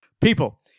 People